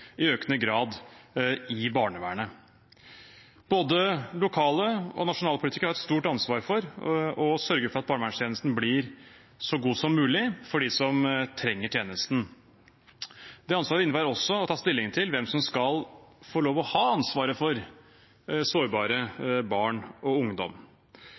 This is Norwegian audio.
i økende grad i barnevernet. Både lokale og nasjonale politikere har et stort ansvar for å sørge for at barnevernstjenesten blir så god som mulig for dem som trenger tjenesten. Det ansvaret innebærer også å ta stilling til hvem som skal få lov til å ha ansvaret for sårbare barn og